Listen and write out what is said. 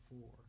four